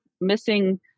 missing